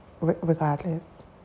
regardless